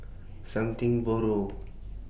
Something Borrowed